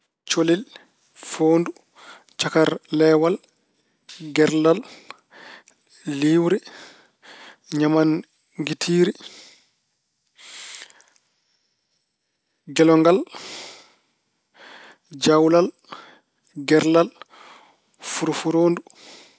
Colel, foondu, cakarleewal, gerlal, liwre, ñaman-ngitiri, gelongal, jawlal, gerlal, furo-furoondu.